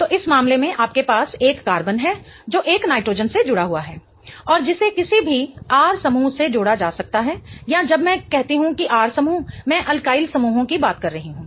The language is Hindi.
तो इस मामले में आपके पास एक कार्बन है जो एक नाइट्रोजन से जुड़ा हुआ है और जिसे किसी भी R समूह से जोड़ा जा सकता है या जब मैं कहती हूं कि R समूह मैं एल्काइल समूहों की बात कर रही हूं